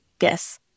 Yes